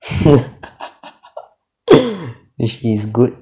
she's good